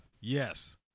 Yes